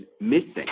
missing